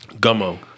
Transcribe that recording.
Gumbo